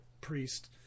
priest